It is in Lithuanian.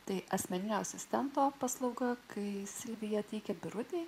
tai asmeninio asistento paslauga kai silvija teikia birutei